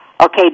Okay